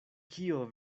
kio